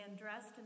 dressed